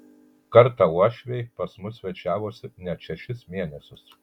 kartą uošviai pas mus svečiavosi net šešis mėnesius